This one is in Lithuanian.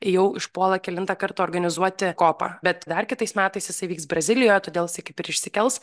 jau išpuola kelintą kartą organizuoti kopą bet dar kitais metais jis vyks brazilijoje todėl jisai kaip ir išsikels